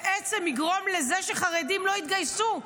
שבעצם יגרום לזה שחרדים לא יתגייסו.